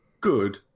good